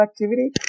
activity